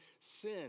sin